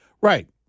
Right